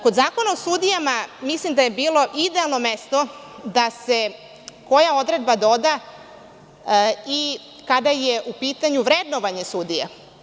Kod Zakona o sudijama mislim da je bilo idealno mesto da se doda odredba kada je u pitanju vrednovanje sudija.